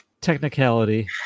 Technicality